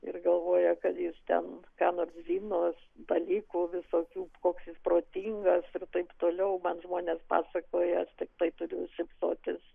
ir galvoja kad jis ten ką nors žinos dalykų visokių koks jis protingas ir taip toliau man žmonės pasakoja tiktai turiu šypsotis